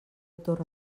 torre